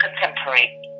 contemporary